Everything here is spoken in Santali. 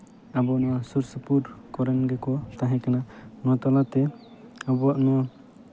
ᱟᱵᱚ ᱱᱚᱣᱟ ᱥᱩᱨᱼᱥᱩᱯᱩᱨ ᱠᱚᱨᱮᱱ ᱜᱮᱠᱚ ᱛᱟᱦᱮᱸ ᱠᱟᱱᱟ ᱚᱱᱟ ᱛᱟᱞᱟᱛᱮ ᱟᱵᱚᱱᱟᱜ ᱱᱚᱣᱟ